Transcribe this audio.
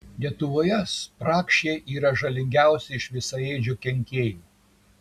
lietuvoje spragšiai yra žalingiausi iš visaėdžių kenkėjų